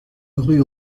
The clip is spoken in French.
rue